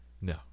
No